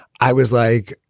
i was like,